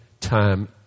time